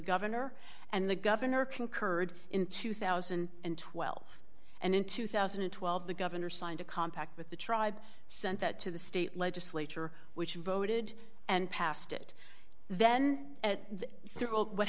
governor and the governor concurred in two thousand and twelve and in two thousand and twelve the governor signed a compact with the tribe sent that to the state legislature which voted and passed it then at